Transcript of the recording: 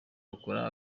akora